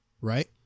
right